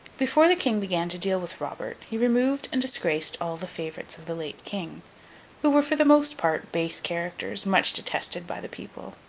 before the king began to deal with robert, he removed and disgraced all the favourites of the late king who were for the most part base characters, much detested by the people.